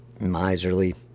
miserly